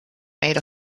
made